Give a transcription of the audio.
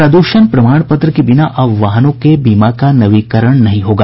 प्रद्षण प्रमाण पत्र के बिना अब वाहनों के बीमा का नवीनीकरण नहीं होगा